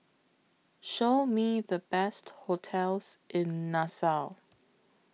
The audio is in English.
Show Me The Best hotels in Nassau